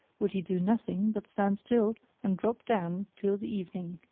would he do nothing but stand still and drop down till the evening.